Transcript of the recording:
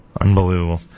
Unbelievable